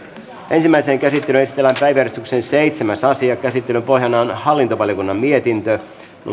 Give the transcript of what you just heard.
ensimmäiseen käsittelyyn esitellään päiväjärjestyksen seitsemäs asia käsittelyn pohjana on hallintovaliokunnan mietintö